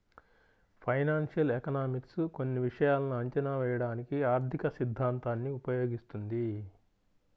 financial economics కొన్ని విషయాలను అంచనా వేయడానికి ఆర్థికసిద్ధాంతాన్ని ఉపయోగిస్తుంది